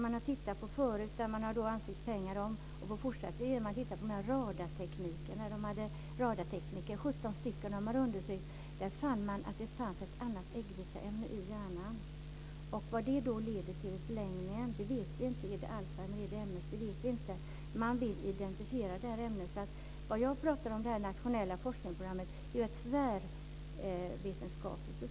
Man har ansökt om pengar för fortsatta studier av 17 radartekniker hos vilka man har funnit ett avvikande äggviteämne i hjärnan. Man vet inte vad detta i förlängningen kan leda till, kanske till Alzheimer eller till MS, men man vill identifiera detta ämne. Det nationella forskningsprogram som jag talar om är tvärvetenskapligt.